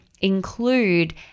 include